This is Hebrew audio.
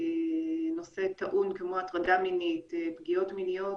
נושא טעון כמו הטרדה מינית, פגיעות מיניות,